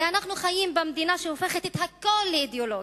הרי אנחנו חיים במדינה שהופכת את הכול לאידיאולוגיה.